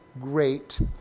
great